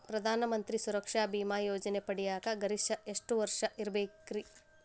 ಪ್ರಧಾನ ಮಂತ್ರಿ ಸುರಕ್ಷಾ ಭೇಮಾ ಯೋಜನೆ ಪಡಿಯಾಕ್ ಗರಿಷ್ಠ ಎಷ್ಟ ವರ್ಷ ಇರ್ಬೇಕ್ರಿ?